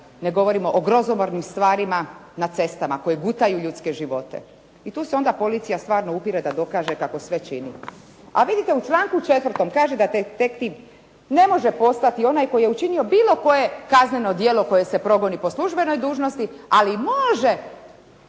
ne govorimo o grozomornim stvarima na cestama koje gutaju ljudske živote. I tu se onda policija stvarno upire da dokaže kako sve čini. A vidite, u članku 4. kaže da detektiv ne može postati onaj koji je učinio bilo koje kazneno djelo koje se progoni po službenoj dužnosti, ali može